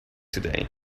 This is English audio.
today